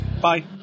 Bye